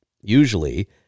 usually